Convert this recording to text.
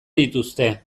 dituzte